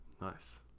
Nice